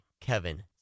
Kevin